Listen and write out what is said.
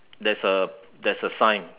there's a there's a sign